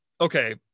okay